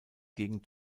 gegen